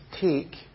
take